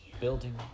building